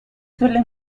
suele